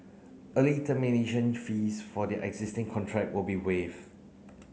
early termination fees for their existing contract will be waived